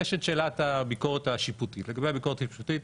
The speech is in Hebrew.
ויש את שאלת הביקורת השיפוטית לגבי הביקורת השיפוטית,